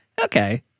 okay